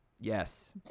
yes